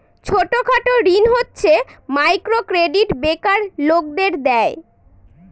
ছোট খাটো ঋণ হচ্ছে মাইক্রো ক্রেডিট বেকার লোকদের দেয়